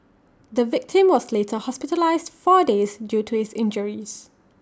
the victim was later hospitalised four days due to his injuries